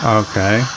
okay